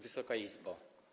Wysoka Izbo!